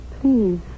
please